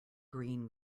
green